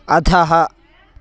अधः